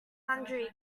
sundry